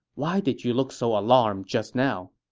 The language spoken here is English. why did you look so alarmed just now?